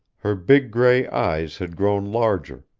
her big gray eyes had grown larger,